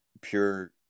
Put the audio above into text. pure